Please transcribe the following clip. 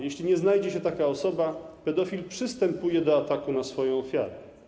Jeśli nie znajdzie się taka osoba, pedofil przystępuje do ataku na swoją ofiarę.